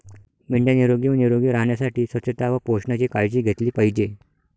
मेंढ्या निरोगी व निरोगी राहण्यासाठी स्वच्छता व पोषणाची काळजी घेतली पाहिजे